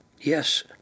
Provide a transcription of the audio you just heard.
Yes